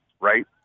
right